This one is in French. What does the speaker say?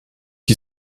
qui